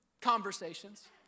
conversations